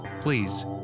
Please